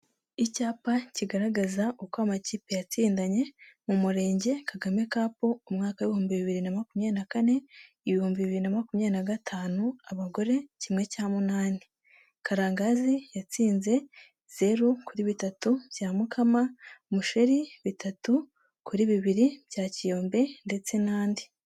Icyapa kigaragaza uko amakipe yatsindanye mu Murenge Kagame Cup, umwaka w'ibihumbi bibiri na makumyabiri na kane-ibihumbi bibiri na makumyabiri na gatanu. Abagore kimwe cya munani Karangazi yatsinze zeru kuri bitatu bya Mukama, Musheri bitatu kuri bibiri bya Kiyombe ndetse n'andi.